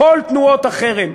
כל תנועות החרם,